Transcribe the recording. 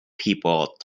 people